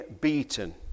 beaten